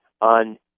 on